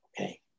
Okay